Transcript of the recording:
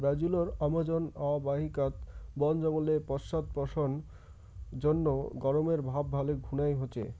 ব্রাজিলর আমাজন অববাহিকাত বন জঙ্গলের পশ্চাদপসরণ জইন্যে গরমের ভাব ভালে খুনায় হইচে